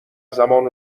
زمان